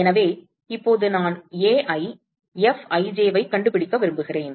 எனவே இப்போது நான் Ai Fij ஐக் கண்டுபிடிக்க விரும்புகிறேன்